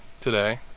today